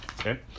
Okay